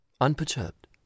unperturbed